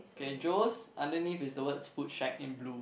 okay Joe's underneath is the words food shack in blue